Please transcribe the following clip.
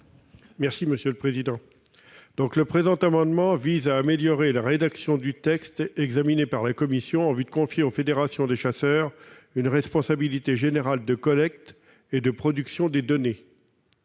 M. Jean-Paul Prince. Le présent amendement vise à améliorer la rédaction du texte de la commission en vue de confier aux fédérations des chasseurs une responsabilité générale de collecte et de production de données.